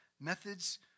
methods